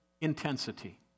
intensity